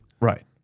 Right